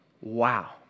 Wow